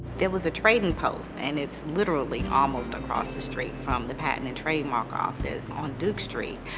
it was a trading post, and it's literally almost across the street from the patent and trademark office, on duke street,